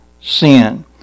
sin